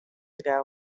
ago